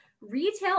Retail